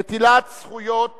נטילת זכויות